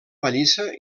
pallissa